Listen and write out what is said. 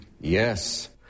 Yes